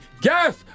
guess